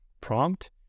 prompt